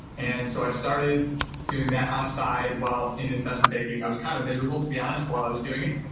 and, so, i started doing that on side while in investment banking. i was kind of miserable, to be honest, while i was doing it.